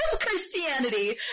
Christianity